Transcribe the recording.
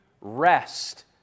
rest